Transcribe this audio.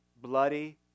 Bloody